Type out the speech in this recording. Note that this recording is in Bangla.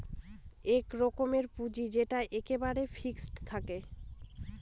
এক রকমের পুঁজি যেটা এক্কেবারে ফিক্সড থাকে